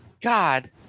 God